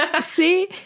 See